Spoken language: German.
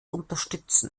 unterstützen